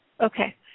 Okay